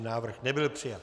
Návrh nebyl přijat.